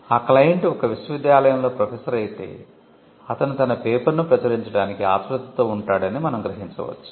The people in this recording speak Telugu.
ఆ క్లయింట్ ఒక విశ్వవిద్యాలయంలో ప్రొఫెసర్ అయితే అతను తన పేపర్ ను ప్రచురించడానికి ఆత్రుతతో ఉంటాడని మనం గ్రహించవచ్చు